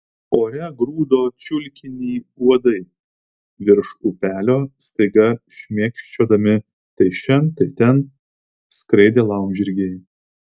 ore grūdo čiulkinį uodai virš upelio staiga šmėkščiodami tai šen tai ten skraidė laumžirgiai